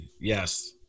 yes